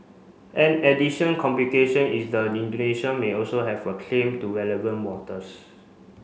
an addition complication is the Indonesia may also have a claim to relevant waters